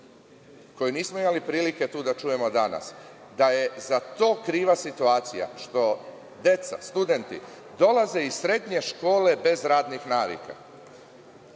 koju nismo imali prilike danas tu da čujemo da je za to kriva situacija, što deca studenti dolaze iz srednje škole bez radnih navika,